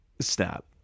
snap